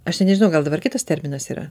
aš net nežinau gal dabar kitas terminas yra